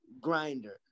grinder